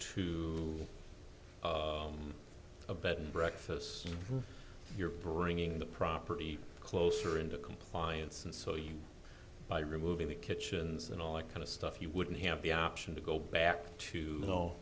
to a bed and breakfasts you're bringing the property closer into compliance and so you by removing the kitchens and all i kind of stuff you wouldn't have the option to go back to you know